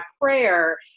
prayer